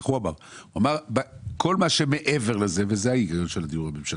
הוא אמר: כל מה שמעבר לזה וזה ההיגיון בעניין הבקשה של הדיור הממשלתי,